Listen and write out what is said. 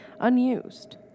unused